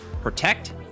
Protect